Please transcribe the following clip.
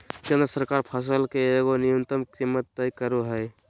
केंद्र सरकार फसल के एगो न्यूनतम कीमत तय करो हइ